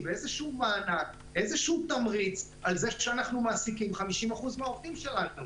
איזה מענק על זה שאנחנו מעסיקים 50% מן העובדים שלנו?